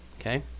okay